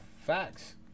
Facts